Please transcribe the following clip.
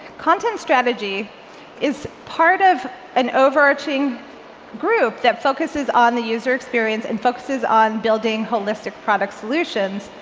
content strategy is part of an overarching group that focuses on the user experience and focuses on building holistic product solutions,